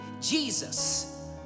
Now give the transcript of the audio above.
Jesus